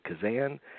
Kazan